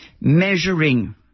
measuring